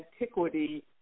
antiquity